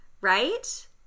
right